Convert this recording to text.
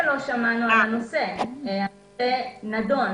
הנושא נדון.